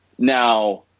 Now